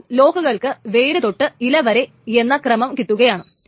അപ്പോൾ ലോക്കുകൾക്ക് വേരു തൊട്ട് ഇല വരെ എന്ന ക്രമം കിട്ടുകയാണ്